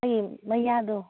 ꯑꯩꯒꯤ ꯃꯌꯥꯗꯣ